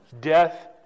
death